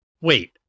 wait